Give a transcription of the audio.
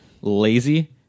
lazy